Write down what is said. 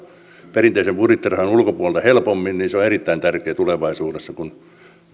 perinteisen budjettirahan ulkopuolelta helpommin on erittäin tärkeää tulevaisuudessa kun